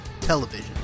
television